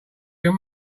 can